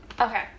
Okay